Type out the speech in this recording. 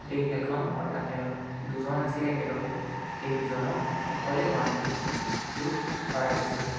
গোটেই খেলখন অৰ্থাৎ তেওঁলোক দুজন আছিল একেলগে সেই দুজনক অকলে ওৱান ভি টুত হৰাই দিছিল